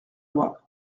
moi